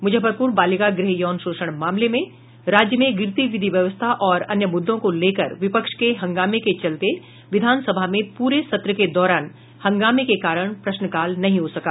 मुजफ्फरपुर बालिका गृह यौन शोषण मामले राज्य में गिरती विधि व्यवस्था और अन्य मुद्दों को लेकर विपक्ष के हंगामे के चलते विधानसभा में पूरे सत्र के दौरान हंगामे के कारण प्रश्नकाल नहीं हो सका